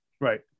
Right